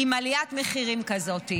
עם עליית מחירים כזאת.